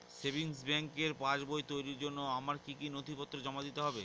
Savings ব্যাংকের পাসবই তৈরির জন্য আমার কি কি নথিপত্র জমা দিতে হবে?